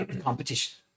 competition